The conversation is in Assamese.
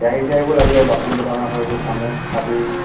কেৰাহী চেৰাহীবোৰ লাগিব বাচন বৰ্তন